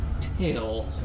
tail